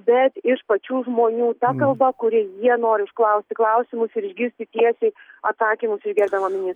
bet iš pačių žmonių ta kalba kuri jie nori užklausti klausimus ir išgirsti tiesiai atsakymus iš gerbiamo ministro